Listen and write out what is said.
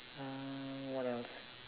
uh what else